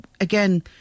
again